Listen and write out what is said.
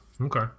Okay